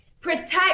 protect